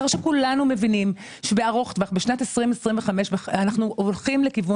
שכולנו מבינים שבשנת 2025 אנחנו הולכים לכיוון